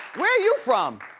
where you from?